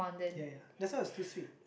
ya ya that's why it was too sweet